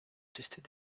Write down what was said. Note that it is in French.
tester